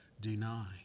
deny